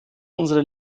unsere